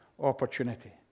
opportunity